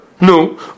No